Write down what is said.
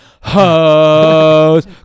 hoes